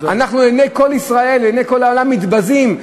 אנחנו לעיני כל ישראל, לעיני כל העולם, מתבזים.